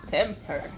Temper